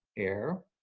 air,